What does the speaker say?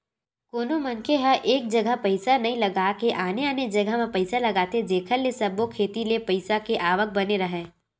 कोनो मनखे ह एक जघा पइसा नइ लगा के आने आने जघा म पइसा लगाथे जेखर ले सब्बो कोती ले पइसा के आवक बने राहय